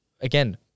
again